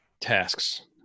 tasks